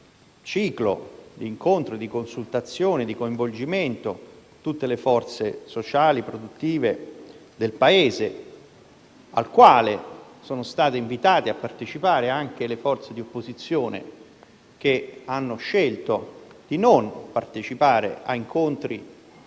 ciclo di incontri, di consultazioni e di coinvolgimento di tutte le forze sociali e produttive del Paese, al quale sono state invitate a partecipare anche le forze di opposizione, che hanno scelto di non partecipare a incontri